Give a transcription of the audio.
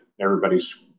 everybody's